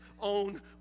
own